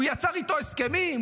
הוא יצר איתו הסכמים,